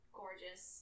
gorgeous